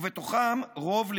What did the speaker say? ובתוכם רוב,